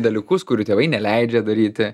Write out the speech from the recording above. dalykus kurių tėvai neleidžia daryti